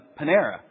Panera